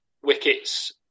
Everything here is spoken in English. wickets